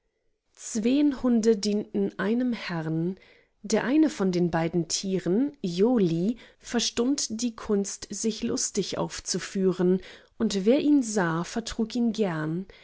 zween hunde dienten einem herrn der eine von den beiden tieren joli verstund die kunst sich lustig aufzuführen und wer ihn sah vertrug ihn gern